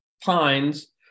pines